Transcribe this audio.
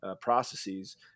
processes